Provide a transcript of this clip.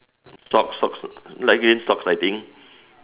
sock socks light green socks I think